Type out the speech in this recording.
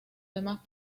demás